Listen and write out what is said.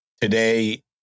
today